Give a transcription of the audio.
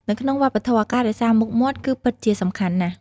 នៅក្នុងវប្បធម៌ ការរក្សាមុខមាត់គឺពិតជាសំខាន់ណាស់។